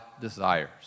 desires